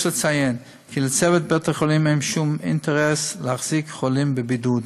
יש לציין כי לצוות בית-החולים אין שום אינטרס להחזיק חולים בבידוד.